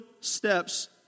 steps